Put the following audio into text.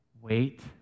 Wait